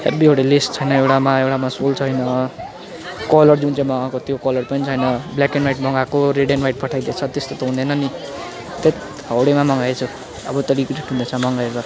heavy hoodie lace छैन एउटामा एउटामा सोल छैन कलर जुन चाहिँ मगाएको त्यो कलर पनि छैन ब्ल्याक एन्ड व्हाइट मगाएको रेड एन्ड व्हाइट पठाइदिएछ त्यस्तो त हुँदैन नि हैट् हाउडेमा मगाएछु अब त रिग्रेट हुँदैछ मगाएर